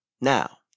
Now